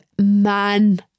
man